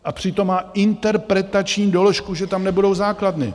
A přitom má interpretační doložku, že tam nebudou základny.